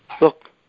Look